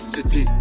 City